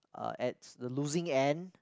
uh at the losing end